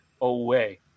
away